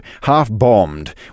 half-bombed